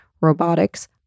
Robotics